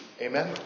Amen